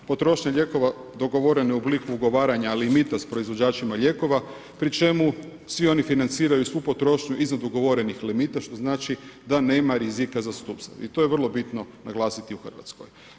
Potrošnja lijekova dogovorena u obliku ugovaranja, ali i mita s proizvođačima lijekova pri čemu svi oni financiraju svu potrošnju iznad ugovorenih limita, što znači da nema rizika za sustav i to je vrlo bitno naglasiti u Hrvatskoj.